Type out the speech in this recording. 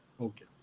Okay